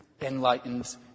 enlightened